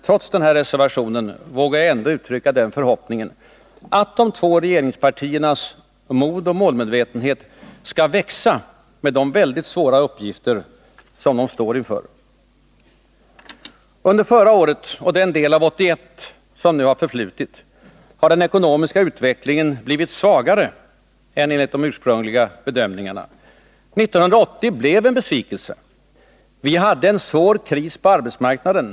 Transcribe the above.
Trots den här reservationen vågar jag ändå uttrycka den förhoppningen att de två regeringspartiernas mod och målmedvetenhet skall växa med de mycket svåra uppgifter som de står inför. Under förra året och den del av 1981 som nu har förflutit har den ekonomiska utvecklingen blivit svagare än enligt de ursprungliga bedömningarna. År 1980 blev en besvikelse. Vi hade en svår kris på arbetsmarknaden.